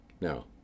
Now